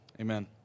amen